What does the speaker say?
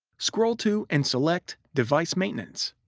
scroll to and select device maintenance.